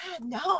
No